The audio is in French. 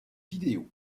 vidéo